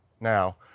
Now